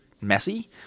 messy